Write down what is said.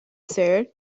sir